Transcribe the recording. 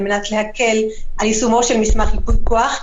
על מנת להקל על יישומו של מסמך ייפוי כוח.